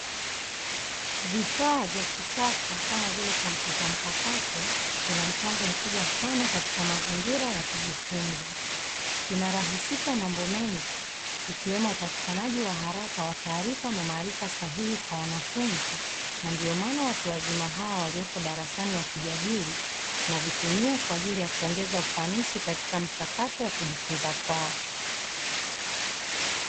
Vifaa vya kisasa kama vile kompyuta mpakato vina mchango mkubwa sana katika mazingira ya kujifunza, vinarahisisha mambo mengi ikiwemo upatikanaji wa haraka wa taarifa na maarifa sahihi kwa wanafunzi, na ndio maana watu wazima hawa walioko darasani wakijadili na wanavitumia katika mchakato wa kuongeza ufanisi katika kujifunza kwao.